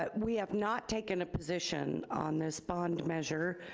but we have not taken a position on this bond measure.